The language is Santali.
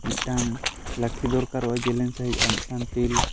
ᱢᱤᱫ ᱴᱟᱱ ᱞᱟᱹᱴᱷᱤ ᱫᱚᱨᱠᱟᱨᱚᱜᱼᱟ ᱡᱮᱞᱮᱝ ᱥᱟᱹᱦᱤᱡ ᱢᱤᱫᱴᱟᱝ ᱴᱤᱨ